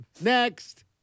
Next